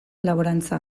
laborantza